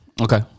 Okay